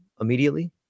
immediately